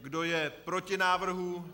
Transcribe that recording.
Kdo je proti návrhu?